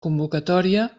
convocatòria